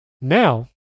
Now